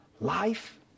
life